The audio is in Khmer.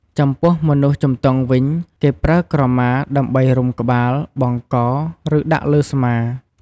ចំពោះមនុស្សជំទង់វិញ គេប្រើក្រមា ដើម្បីរុំក្បាល បង់ក ឬ ដាក់លើស្មា។